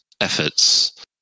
efforts